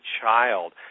child